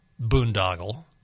boondoggle